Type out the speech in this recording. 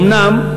אומנם,